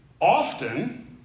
often